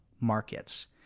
markets